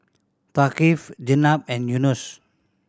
Thaqif Jenab and Yunos